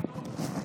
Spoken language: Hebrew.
אדוני היושב-ראש,